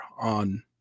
on